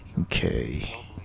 okay